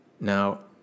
now